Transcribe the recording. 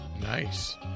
Nice